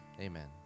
Amen